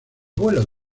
vuelo